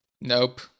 Nope